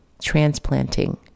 transplanting